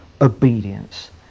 obedience